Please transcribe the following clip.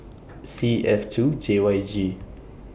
C F two J Y G